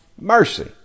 mercy